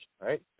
Right